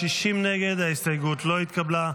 הסתייגות 121 לא נתקבלה.